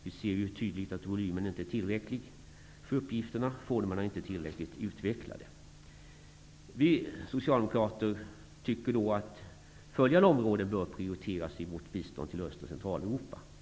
Vi ser ju tydligt att volymen inte är tillräcklig för uppgifterna och formerna inte tillräckligt utvecklade. Vi socialdemokrater tycker att vissa områden bör prioriteras i vårt bistånd till Öst och Centraleuropa.